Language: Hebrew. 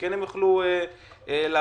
איפה הם יוכלו לעבוד.